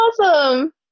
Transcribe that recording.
awesome